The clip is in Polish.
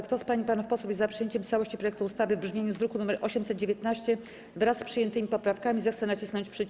Kto z pań i panów posłów jest za przyjęciem w całości projektu ustawy w brzmieniu z druku nr 819, wraz z przyjętymi poprawkami, zechce nacisnąć przycisk.